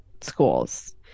schools